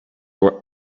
were